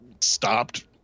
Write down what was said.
stopped